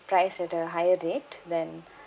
priced at a higher rate than